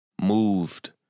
Moved